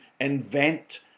invent